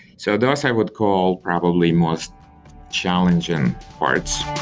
so those i would call probably most challenging parts.